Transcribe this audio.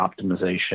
optimization